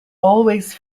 always